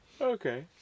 Okay